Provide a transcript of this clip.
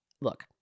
Look